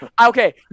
okay